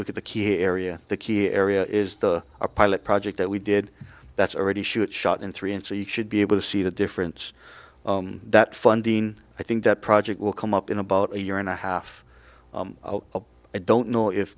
look at the key area the key area is the a pilot project that we did that's already shoot shot in three and so you should be able to see the difference that funding i think that project will come up in about a year and a half i don't know if